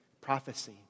prophecy